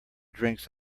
drinks